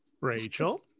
Rachel